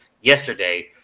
yesterday